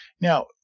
Now